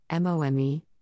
MOME